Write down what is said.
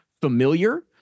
familiar